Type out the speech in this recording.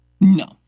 No